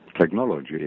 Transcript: technology